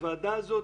הוועדה הזאת